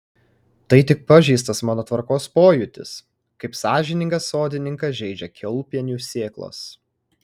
tai tik pažeistas mano tvarkos pojūtis kaip sąžiningą sodininką žeidžia kiaulpienių sėklos